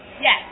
Yes